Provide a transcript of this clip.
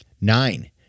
Nine